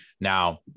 Now